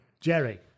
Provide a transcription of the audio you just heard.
Jerry